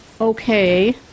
okay